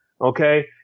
Okay